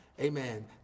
amen